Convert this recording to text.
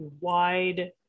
wide